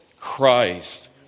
Christ